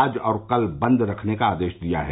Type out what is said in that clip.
आज और कल बंद रखने का आदेश दिया है